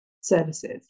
services